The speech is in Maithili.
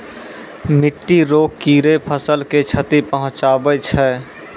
मिट्टी रो कीड़े फसल के क्षति पहुंचाबै छै